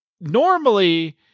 normally